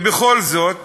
ובכל זאת